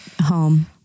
home